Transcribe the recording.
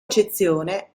eccezione